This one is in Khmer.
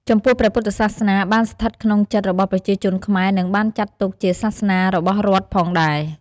ចំពោះព្រះពុទ្ធសាសនាបានស្ថិតក្នុងចិត្តរបស់ប្រជាជនខ្មែរនិងបានចាត់ទុកជាសាសនារបស់រដ្ឋផងដែរ។